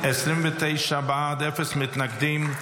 29 בעד, אפס מתנגדים.